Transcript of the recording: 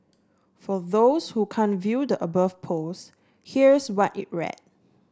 for those who can't view the above post here's what it read